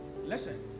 listen